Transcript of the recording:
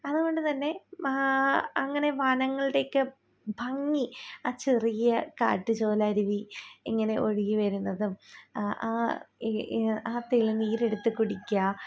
അതുകൊണ്ട് തന്നെ അങ്ങനെ വനങ്ങളുടെയൊക്കെ ഭംഗി ആ ചെറിയ കാട്ടു ചോലരുവി ഇങ്ങനെ ഒഴുകി വരുന്നതും ആ തെളിനീര് എടുത്ത് കുടിക്കുക